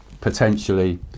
potentially